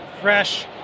fresh